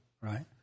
right